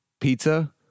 pizza